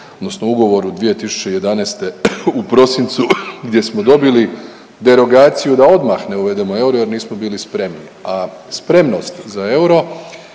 odnosno ugovoru 2011. u prosincu gdje smo dobili derogaciju da odmah ne uvedem euro jer nismo bili spremni. A spremnost za euro